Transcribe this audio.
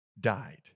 died